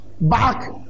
back